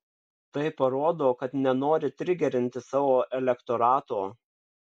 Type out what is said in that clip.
tai parodo kad nenori trigerinti savo elektorato